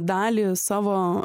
dalį savo